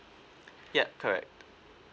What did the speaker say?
yup correct